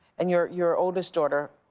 and your your oldest daughter.